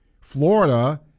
Florida